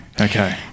Okay